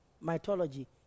mythology